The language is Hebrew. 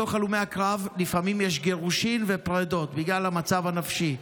בתוך הלומי הקרב לפעמים יש גירושים ופרידות בגלל המצב הנפשי,